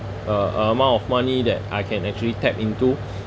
a a amount of money that I can actually tap into